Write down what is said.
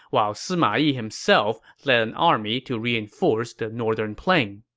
while sima yi himself led an army to reinforce the northern plain